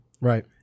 Right